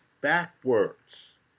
backwards